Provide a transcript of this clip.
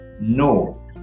no